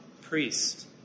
priest